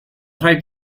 rhaid